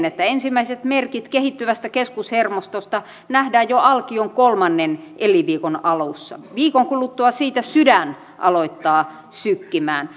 että ensimmäiset merkit kehittyvästä keskushermostosta nähdään jo alkion kolmannen elinviikon alussa viikon kuluttua siitä sydän alkaa sykkimään